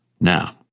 Now